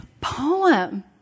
poem